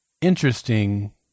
interesting